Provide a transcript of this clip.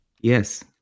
yes